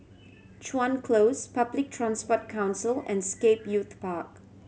Chuan Close Public Transport Council and Scape Youth Park